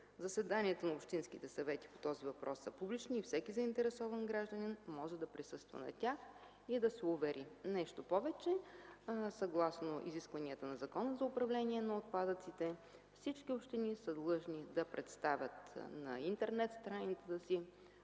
Заседанията на общинските съвети по този въпрос са публични и всеки заинтересован гражданин може да присъства на тях и да се увери. Нещо повече, съгласно изискванията на Закона за управление на отпадъците, всички общини са длъжни да представят на интернет страницата си